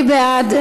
מי בעד?